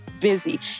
busy